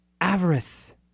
Avarice